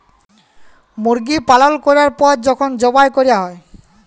মুরগি পালল ক্যরার পর যখল যবাই ক্যরা হ্যয়